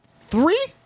three